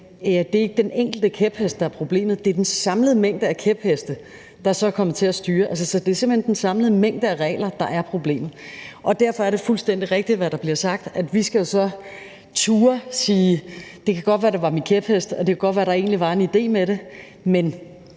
det er ikke den enkelte kæphest, der er problemet, men det er den samlede mængde af kæpheste, der så er kommet til at styre. Så det er simpelt hen den samlede mængde af regler, der er problemet. Derfor er det fuldstændig rigtigt, hvad der bliver sagt, nemlig at vi jo så skal turde sige, at det godt kan være, at det var min kæphest, og det kan godt